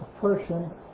person